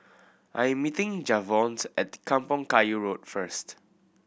I am meeting Javonte at Kampong Kayu Road first